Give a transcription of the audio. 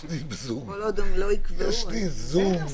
הלאה.